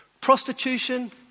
prostitution